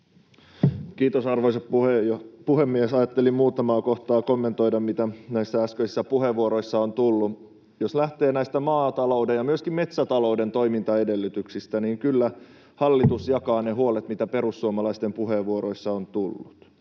Kiitos, arvoisa puhemies! Ajattelin muutamaa kohtaa kommentoida, mitä näissä äskeisissä puheenvuoroissa on tullut. Jos lähtee näistä maatalouden ja myöskin metsätalouden toimintaedellytyksistä, niin kyllä hallitus jakaa ne huolet, mitä perussuomalaisten puheenvuoroissa on tullut.